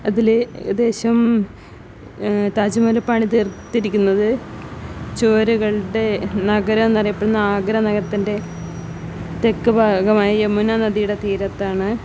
അതിൽ ഏകദേശം താജ്മഹൽ പണി തീർത്തിരിക്കുന്നത് ചുവരുകളുടെ നഗരം എന്നറിയപ്പെടുന്ന ആഗ്ര നഗരത്തിന്റെ തെക്കു ഭാഗമായ യമുന നദിയുടെ തീരത്താണ്